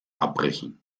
abbrechen